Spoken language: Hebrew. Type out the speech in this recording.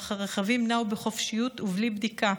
אך הרכבים נעו בחופשיות ובלי בדיקה.